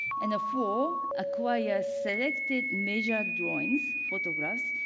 and four, acquire selected measure drawings, photographs,